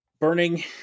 burning